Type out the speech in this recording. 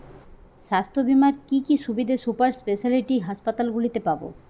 স্বাস্থ্য বীমার কি কি সুবিধে সুপার স্পেশালিটি হাসপাতালগুলিতে পাব?